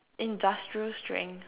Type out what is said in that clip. industrial strength